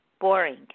boring